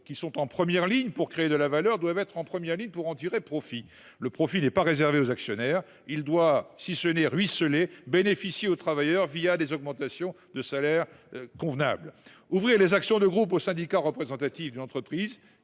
qui sont en première ligne pour créer de la valeur doivent être en première ligne pour en tirer profit. Le profit n’est pas réservé aux actionnaires ! Il doit, sinon ruisseler, du moins bénéficier aux travailleurs des augmentations de salaires convenables. Ouvrir les actions de groupe aux syndicats représentatifs d’une entreprise